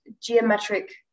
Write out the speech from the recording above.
geometric